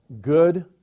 Good